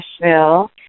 Nashville